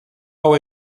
hau